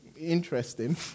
interesting